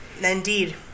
Indeed